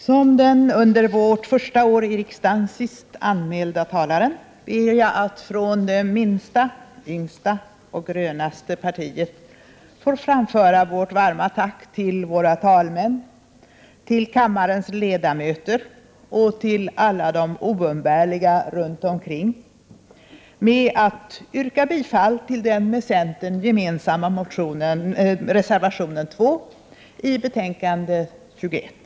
Som den under vårt första år i riksdagen sist anmälde talaren ber jag att från det minsta, yngsta och grönaste partiet få framföra vårt varma tack till våra talmän, till kammarens ledamöter och till alla de oumbärliga människorna runt omkring genom att yrka bifall till den med centern gemensamma reservationen 2 i betänkande 21.